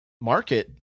market